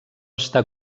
està